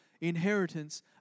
inheritance